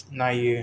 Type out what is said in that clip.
नायो